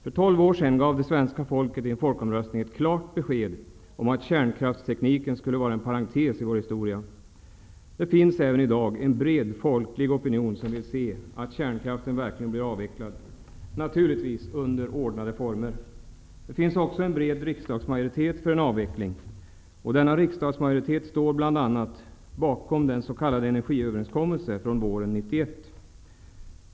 För tolv år sedan gav det svenska folket i en folkomröstning ett klart besked om att kärnkraftstekniken skulle vara en parentes i vår historia. Det finns även i dag en bred folklig opinion som vill se att kärnkraften verkligen blir avvecklad, naturligtvis under ordnade former. Det finns också en bred riksdagsmajoritet för en avveckling. Denna riksdagsmajoritet står bl.a. bakom den s.k. energiöverenskommelsen från våren 1991.